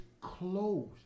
closed